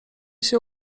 się